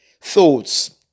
thoughts